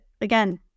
Again